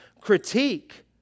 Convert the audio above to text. critique